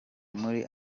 muri